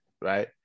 right